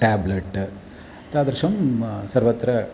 tablet तादृशं सर्वत्र